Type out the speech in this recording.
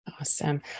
Awesome